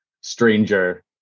stranger